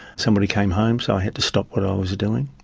somebody came home, so i had to stop what i was doing.